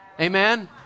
Amen